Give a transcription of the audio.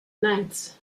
knights